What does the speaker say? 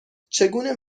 چگونه